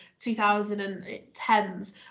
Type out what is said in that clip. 2010s